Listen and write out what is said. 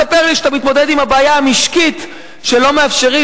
ואל תספר לי שאתה מתמודד עם הבעיה המשקית שלא מאפשרים,